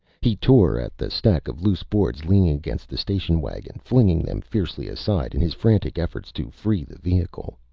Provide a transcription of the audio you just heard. he tore at the stack of loose boards leaning against the station wagon, flinging them fiercely aside in his frantic efforts to free the vehicle.